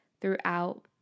throughout